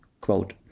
quote